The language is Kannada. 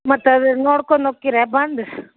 ಮತ್ತದು ನೋಡ್ಕೊಂಡು ಹೊಕೀರೇ ಬಂದು